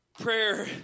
Prayer